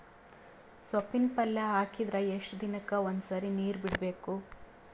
ಸೊಪ್ಪಿನ ಪಲ್ಯ ಹಾಕಿದರ ಎಷ್ಟು ದಿನಕ್ಕ ಒಂದ್ಸರಿ ನೀರು ಬಿಡಬೇಕು?